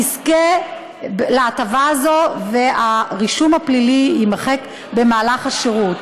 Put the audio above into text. תזכה להטבה הזאת והרישום הפלילי יימחק במהלך השירות,